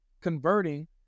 converting